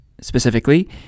specifically